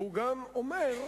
והוא גם אומר: